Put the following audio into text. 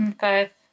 Five